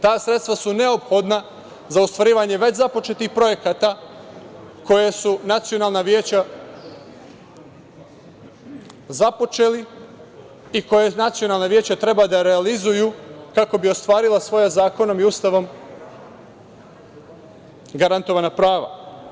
Ta sredstva su neophodna za ostvarivanje već započetih projekata koje su nacionalna veća započeli i koje nacionalna veća treba da realizuju kako bi ostvarila svoja zakonom i Ustavom garantovana prava.